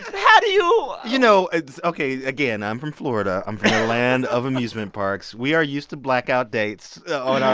how do you. you know, it's ok, again, i'm from florida. i'm from a land of amusement parks. we are used to blackout dates on our